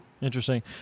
interesting